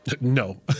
No